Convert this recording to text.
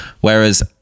whereas